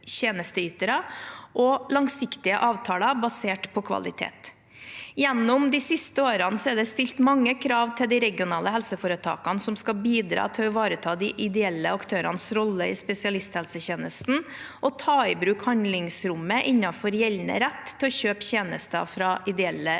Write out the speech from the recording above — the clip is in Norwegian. og langsiktige avtaler basert på kvalitet. Gjennom de siste årene er det stilt mange krav til de regionale helseforetakene som skal bidra til å ivareta de ideelle aktørenes rolle i spesialisthelsetjenesten og ta i bruk handlingsrommet innenfor gjeldende rett til å kjøpe tjenester fra ideelle leverandører.